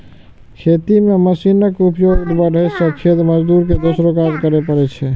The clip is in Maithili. खेती मे मशीनक उपयोग बढ़ै सं खेत मजदूर के दोसरो काज करै पड़ै छै